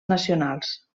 nacionals